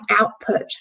output